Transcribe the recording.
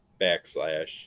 backslash